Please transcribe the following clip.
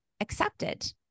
accepted